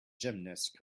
gymnast